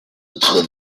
autres